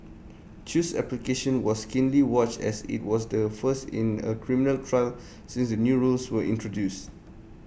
chew's application was keenly watched as IT was the first in A criminal trial since the new rules were introduced